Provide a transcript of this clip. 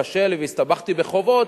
קשה לי והסתבכתי בחובות,